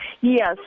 Yes